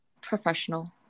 Professional